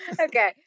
Okay